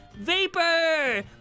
Vapor